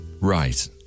Right